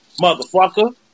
Motherfucker